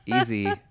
easy